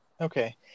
Okay